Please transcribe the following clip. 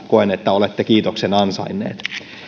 koen että olette kiitoksen ansainnut